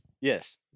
Yes